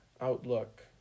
outlook